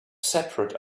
separate